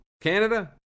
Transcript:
Canada